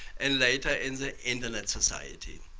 and later in the internet society.